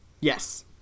Yes